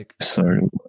Sorry